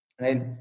right